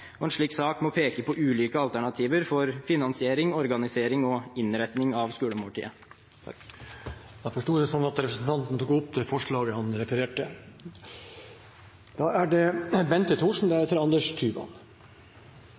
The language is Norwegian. En slik sak må peke på ulike alternativer for finansiering, organisering og innretning av skolemåltidet. Representanten Lasse Juliussen har tatt opp det forslaget han refererte til. La meg først og fremst slå fast at Fremskrittspartiet er